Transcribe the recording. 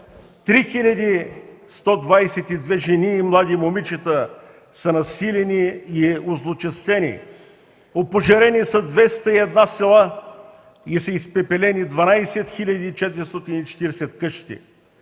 3122 жени и млади момичета са насилени и озлочестени; опожарени са 201 села и са изпепелени 12 440 къщи.